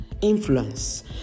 influence